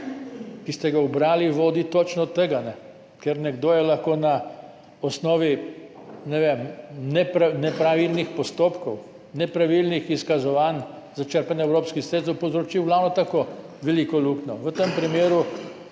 ki ste ga ubrali, vodi točno do tega. Ker nekdo je lahko na osnovi, ne vem, nepravilnih postopkov, nepravilnih izkazovanj za črpanje evropskih sredstev povzročil ravno tako veliko luknjo. V tem primeru